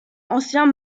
anciens